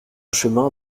chemin